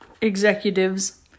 executives